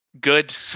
good